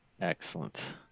Excellent